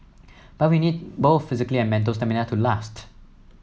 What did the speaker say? but we need both physical and mental stamina to last